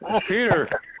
Peter